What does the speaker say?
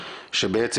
שבעצם,